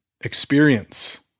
Experience